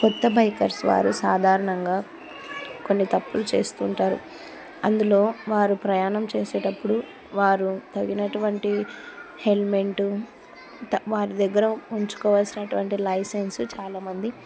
కొత్త బైకర్స్ వారు సాధారణంగా కొన్ని తప్పులు చేస్తుంటారు అందులో వారు ప్రయాణం చేసేటప్పుడు వారు తగినటువంటి హెల్మెట్ వారి దగ్గర ఉంచుకోవల్సినటువంటి లైసెన్స్ చాలామంది